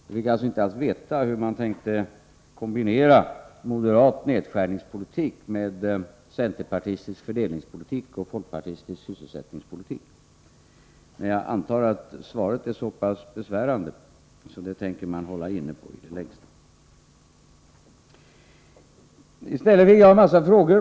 Vi kanske inte alls får veta hur man har tänkt kombinera moderat nedskärningspolitik med centerpartistisk fördelningspolitik och folkpartistisk sysselsättningspolitik. Jag antar att svaret är så pass besvärande att man tänker hålla inne med det i det längsta. I stället fick jag en mängd frågor.